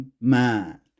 man